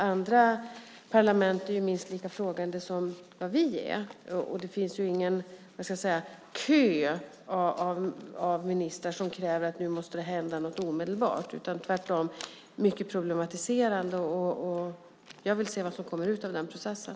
Andra parlament är minst lika frågande som vi är, och det finns ingen kö av ministrar som kräver att någonting nu måste hända omedelbart. Tvärtom är de mycket problematiserande. Jag vill se vad som kommer ut av den processen.